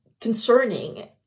concerning